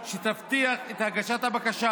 שתבטיח את הגשת הבקשה